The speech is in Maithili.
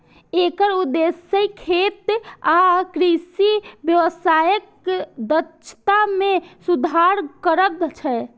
एकर उद्देश्य खेत आ कृषि व्यवसायक दक्षता मे सुधार करब छै